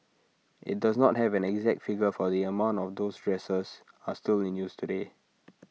IT does not have an exact figure for the amount of those dressers are still in use today